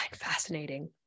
fascinating